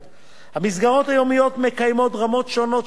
המסגרות היומיות מקיימות רמות שונות של פעילות,